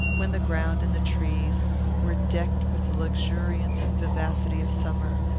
when the ground and the trees were decked with the luxuriance and vivacity of summer,